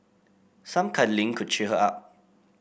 some cuddling could cheer her up